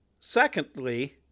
Secondly